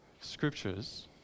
scriptures